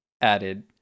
added